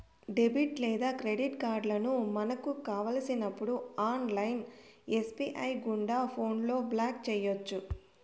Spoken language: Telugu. డెబిట్ లేదా క్రెడిట్ కార్డులను మనకు కావలసినప్పుడు ఆన్లైన్ ఎస్.బి.ఐ గుండా ఫోన్లో బ్లాక్ చేయొచ్చు